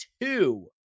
two